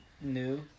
New